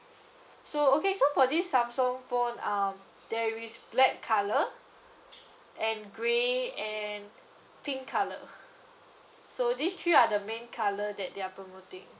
so okay so for this samsung phone um there is black colour and grey and pink colour so these three are the main colour that they are promoting